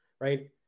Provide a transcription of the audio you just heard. right